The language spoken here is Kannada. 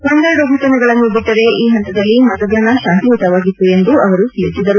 ಒಂದೆರಡು ಫಟನೆಗಳನ್ನು ಬಿಟ್ಟರೆ ಈ ಹಂತದಲ್ಲಿ ಮತದಾನ ಶಾಂತಿಯುತವಾಗಿತ್ತು ಎಂದು ಅವರು ತಿಳಿಸಿದರು